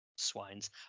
swines